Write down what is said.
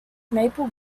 maple